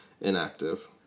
inactive